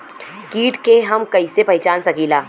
कीट के हम कईसे पहचान सकीला